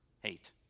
hate